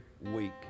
week